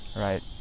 right